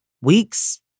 weeks